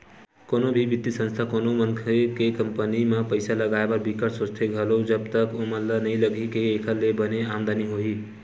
कोनो भी बित्तीय संस्था कोनो मनखे के कंपनी म पइसा लगाए बर बिकट सोचथे घलो जब तक ओमन ल नइ लगही के एखर ले बने आमदानी होही